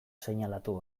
seinalatu